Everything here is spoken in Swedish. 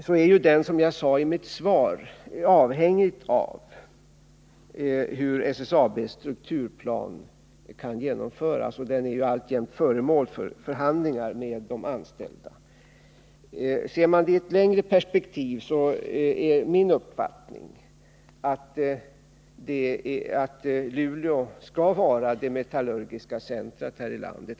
Den är ju, som jag sade i mitt svar, avhängig av hur SSAB:s strukturplan kan genomföras — och den planen är alltjämt föremål för förhandlingar med de anställda. Sett i ett längre perspektiv skall Luleå enligt min uppfattning vara det metallurgiska centret här i landet.